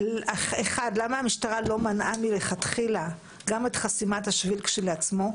למה המשטרה לא מנעה מלכתחילה גם את חסימת השביל כשלעצמו,